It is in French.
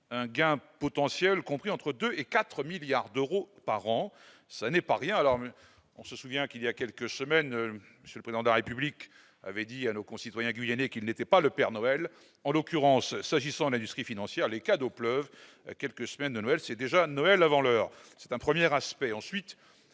un gain potentiel compris entre 2 et 4 milliards d'euros par an, ça n'est pas rien, alors on se souvient qu'il y a quelques semaines, sur le plan de la République avait dit à nos concitoyens guyanais qu'il n'était pas le Père Noël, en l'occurrence s'agissant là du Sri financière les cadeaux pleuvent quelques semaines de Noël c'est déjà Noël avant l'heure c'est un 1er aspect ensuite